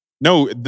No